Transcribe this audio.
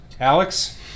Alex